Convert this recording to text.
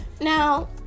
now